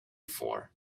for